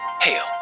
hail